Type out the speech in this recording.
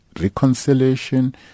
Reconciliation